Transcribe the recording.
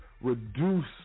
reduce